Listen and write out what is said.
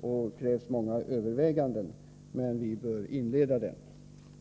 och det krävs många överväganden, men vi bör inleda den.